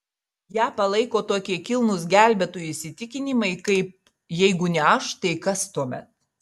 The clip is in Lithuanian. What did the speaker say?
ją palaiko tokie kilnūs gelbėtojų įsitikinimai kaip jeigu ne aš tai kas tuomet